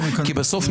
כי בסוף,